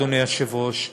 אדוני היושב-ראש,